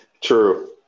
true